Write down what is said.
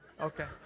okay